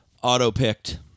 auto-picked